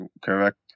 Correct